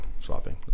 swapping